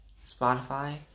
Spotify